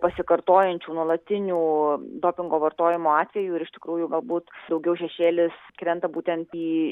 pasikartojančių nuolatinių dopingo vartojimo atvejų ir iš tikrųjų galbūt daugiau šešėlis krenta būtent į